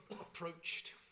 approached